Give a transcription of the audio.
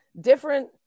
different